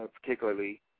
particularly